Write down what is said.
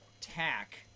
tack